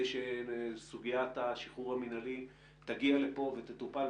שסוגיית השחרור המינהלי תגיע לכאן ותטופל.